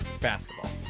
Basketball